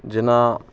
जेना